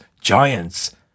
giants